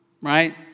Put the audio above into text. right